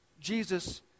Jesus